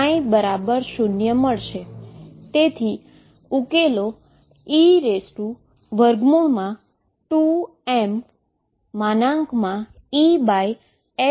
જો હુ સમીકરણ ફરીથી હલ કરું તો 22m|E|ψ અથવા 2mEψ0 મળશે